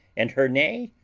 and her nay,